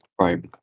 right